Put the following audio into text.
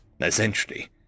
essentially